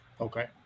Okay